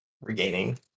regaining